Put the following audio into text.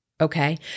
okay